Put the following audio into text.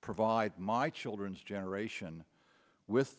provide my children's generation with